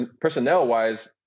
personnel-wise